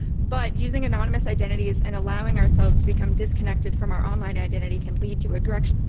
but using anonymous identities and allowing ourselves to become disconnected from our online identity can lead to aggression,